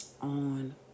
on